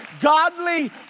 Godly